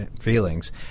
feelings